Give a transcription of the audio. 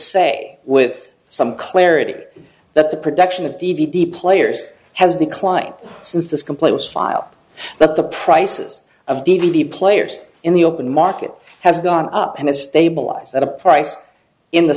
say with some clarity that the production of d v d players has declined since this complaint was filed that the prices of d v d players in the open market has gone up and has stabilized at a price in the